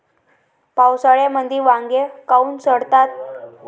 पावसाळ्यामंदी वांगे काऊन सडतात?